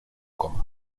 coma